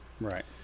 Right